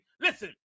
Listen